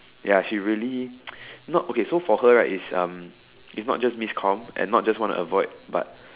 ya she really not okay so for her right is um is not just miss comm and is not just wanna avoid but